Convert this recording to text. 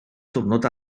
diwrnod